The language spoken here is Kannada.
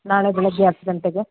ನಾಳೆ ಬೆಳಿಗ್ಗೆ ಹತ್ತು ಗಂಟೆಗೆ